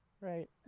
Right